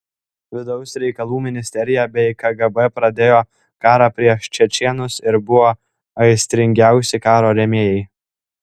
vidaus reikalų ministerija bei kgb pradėjo karą prieš čečėnus ir buvo aistringiausi karo rėmėjai